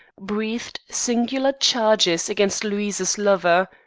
breathed singular charges against louise's lover.